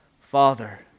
Father